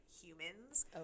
humans